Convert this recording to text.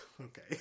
Okay